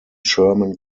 sherman